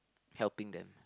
helping them